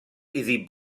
iddi